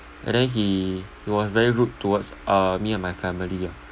and then he he was very rude towards uh me and my family ah